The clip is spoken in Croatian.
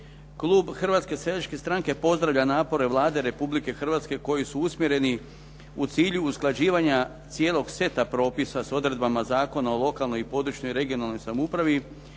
Klub Hrvatske seljačke stranke pozdravlja napore Vlade Republike Hrvatske koji su usmjereni u cilju usklađivanja cijelog seta propisa s odredbama Zakona o lokalnoj, područnoj i regionalnoj samoupravi